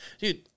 Dude